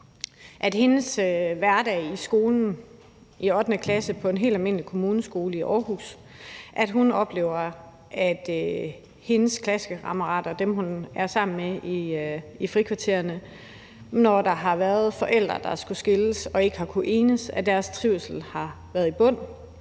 om sin hverdag i skolen i 8. klasse på en helt almindelig kommuneskole i Aarhus. Hun oplever noget i forhold til sine klassekammerater og dem, hun er sammen med i frikvartererne. Når der har været forældre, der skulle skilles og ikke har kunnet enes, så har deres trivsel været i bund.